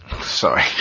Sorry